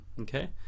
Okay